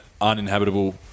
uninhabitable